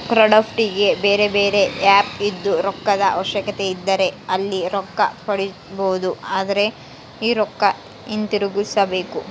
ಕ್ರೌಡ್ಫಂಡಿಗೆ ಬೇರೆಬೇರೆ ಆಪ್ ಇದ್ದು, ರೊಕ್ಕದ ಅವಶ್ಯಕತೆಯಿದ್ದರೆ ಅಲ್ಲಿ ರೊಕ್ಕ ಪಡಿಬೊದು, ಆದರೆ ಈ ರೊಕ್ಕ ಹಿಂತಿರುಗಿಸಬೇಕು